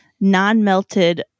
non-melted